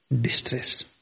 distress